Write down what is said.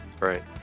right